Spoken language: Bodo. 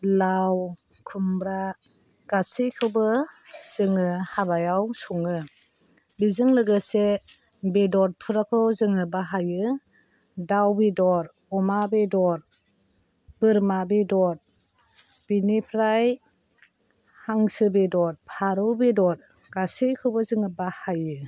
लाव खुमब्रा गासैखौबो जोङो हाबायाव सङो बेजों लोगोसे बेदरफोरखौ जोङो बाहायो दाउ बेदर अमा बेदर बोरमा बेदर बिनिफ्राय हांसो बेदर फारौ बेदर गासैखौबो जोङो बाहायो